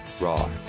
raw